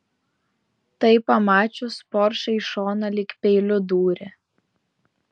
tai pamačius poršai į šoną lyg peiliu dūrė